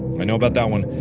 i know about that one.